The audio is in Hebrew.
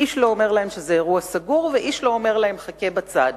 איש לא אומר להם שזה אירוע סגור ואיש לא אומר להם: חכה בצד.